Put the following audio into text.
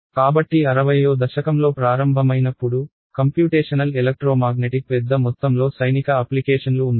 కాబట్టి 60 వ దశకంలో ప్రారంభమైనప్పుడు కంప్యూటేషనల్ ఎలక్ట్రోమాగ్నెటిక్ పెద్ద మొత్తంలో సైనిక అప్లికేషన్లు ఉన్నాయి